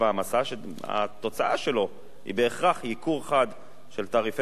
שהתוצאה שלו בהכרח היא ייקור חד של תעריפי ביטוח האופנועים,